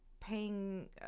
paying